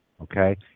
okay